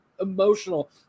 emotional